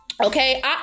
Okay